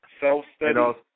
self-study